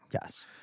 Yes